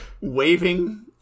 waving